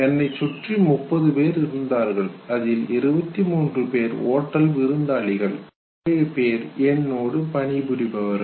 என்னைச் சுற்றி 30 பேர் இருந்தார்கள் அதில் 23 பேர் ஹோட்டல் விருந்தாளிகள் 7 பேர் என்னோடு பணிபுரிபவர்கள்